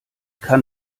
kann